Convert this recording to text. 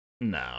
no